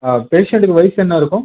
ஆ பேஷண்ட்டுக்கு வயது என்ன இருக்கும்